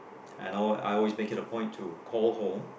and all I always make it a point to call home